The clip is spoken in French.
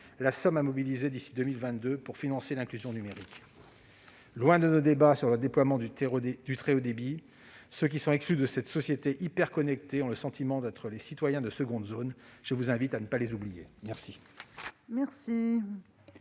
la somme à mobiliser d'ici à 2022 pour financer l'inclusion numérique. Loin de nos débats sur le déploiement du très haut débit, ceux qui sont exclus de cette société hyperconnectée ont le sentiment d'être des citoyens de seconde zone. Je vous invite à ne pas les oublier. La